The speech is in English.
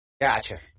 Gotcha